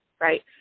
right